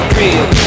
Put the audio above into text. real